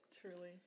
Truly